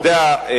אתה יודע,